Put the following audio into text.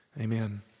Amen